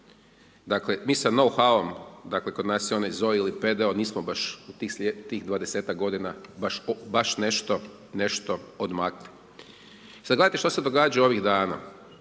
se ne razumije./… dakle kod nas je onaj ZOI ili PDO nismo baš u tih 20-tak g. nešto odmakli. Sada gledajte što se događa ovih dana,